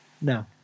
No